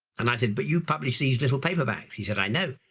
and i said but you publish these little paperbacks. he said i know,